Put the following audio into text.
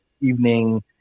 evening